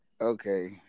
okay